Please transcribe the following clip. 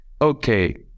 okay